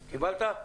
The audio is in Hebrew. קיבלת?